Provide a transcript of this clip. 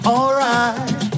Alright